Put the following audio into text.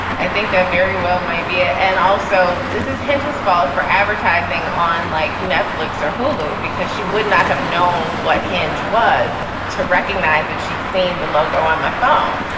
i think that very well might be. ah and also, this is henges fault for advertising on like netflix or hulu, because she would not have known what hinge was to recognize that she'd seen the logo on my phone.